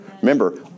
Remember